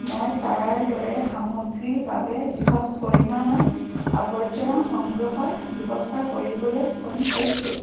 মই টায়াৰৰ দৰে সামগ্ৰীৰ বাবে বৃহৎ পৰিমাণৰ আৱৰ্জনা সংগ্ৰহৰ ব্যৱস্থা কৰিবলৈ ফোন কৰিছোঁ